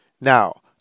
Now